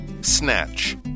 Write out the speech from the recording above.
Snatch